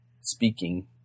speaking